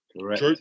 Correct